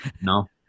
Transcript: no